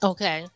Okay